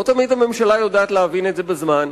לא תמיד הממשלה יודעת להבין את זה בזמן,